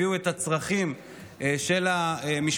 הביאו את הצרכים של המשפחות,